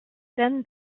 then